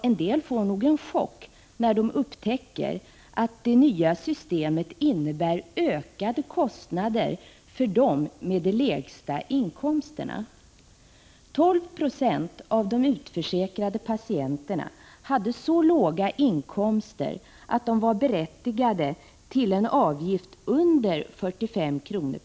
En del får nog en chock när de upptäcker att det nya systemet innebär ökade kostnader för dem som har de lägsta inkomsterna. 12 96 av de utförsäkrade patienterna hade så låga inkomster att de var berättigade till en avgift under 45 kr.